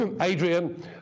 Adrian